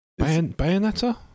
Bayonetta